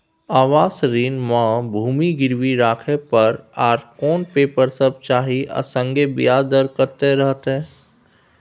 आवास ऋण म भूमि गिरवी राखै पर आर कोन पेपर सब चाही आ संगे ब्याज दर कत्ते रहते?